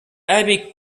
epic